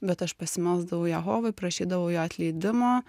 bet aš pasimelsdavau jehovai prašydavau jo atleidimo